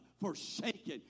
forsaken